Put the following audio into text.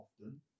often